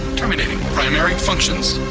terminating primary functions.